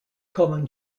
common